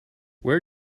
where